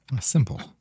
Simple